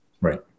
Right